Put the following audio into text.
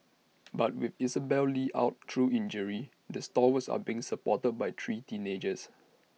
but with Isabelle li out through injury the stalwarts are being supported by three teenagers